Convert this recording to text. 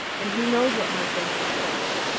and who knows what might then take place?